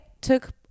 took